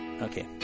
Okay